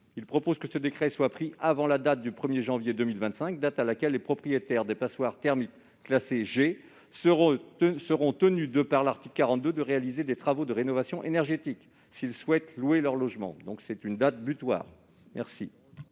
proposons que ce décret soit pris avant le 1 janvier 2025, date à laquelle les propriétaires de passoires thermiques classées G seront tenus, au titre du présent article 42, de réaliser des travaux de rénovation énergétique s'ils souhaitent louer leur logement. Il s'agit donc d'une date butoir. Quel